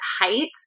height